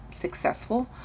successful